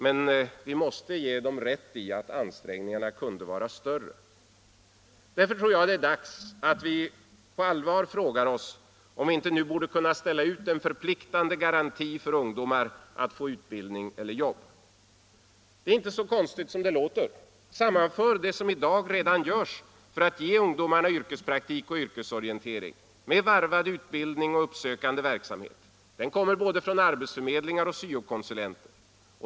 Men vi måste ge dem rätt i att ansträngningarna kunde vara större. Jag tror därför att det är dags att vi på allvar frågar oss om vi nu inte borde kunna ställa ut en förpliktande garanti för ungdomar att få utbildning eller jobb. Det är inte så konstigt som det låter. Sammanför det som i dag redan görs för att ge ungdomarna yrkespraktik och yrkesorientering med varvad utbildning och uppsökande verksamhet från arbetsförmedlingar och SYO-konsulenter.